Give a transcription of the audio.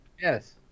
Yes